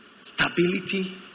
stability